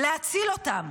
להציל אותם.